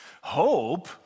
Hope